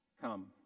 come